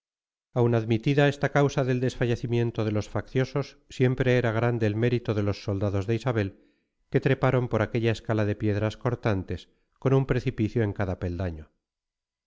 aun admitida esta causa del desfallecimiento de los facciosos siempre era grande el mérito de los soldados de isabel que treparon por aquella escalera de piedras cortantes con un precipicio en cada peldaño